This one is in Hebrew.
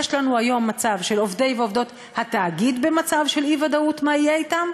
יש לנו היום מצב של עובדי ועובדות התאגיד במצב של אי-ודאות מה יהיה אתם,